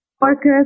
workers